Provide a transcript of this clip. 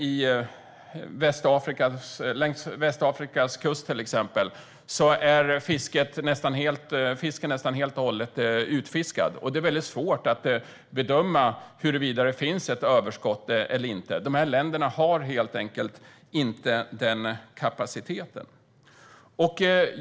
I många av länderna till exempel längs Västafrikas kust är fisken nästan helt och hållet utfiskad, och det är väldigt svårt att bedöma huruvida det finns ett överskott eller inte. Dessa länder har helt enkelt inte den kapaciteten.